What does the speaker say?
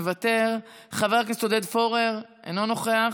מוותר, חבר הכנסת עודד פורר, אינו נוכח.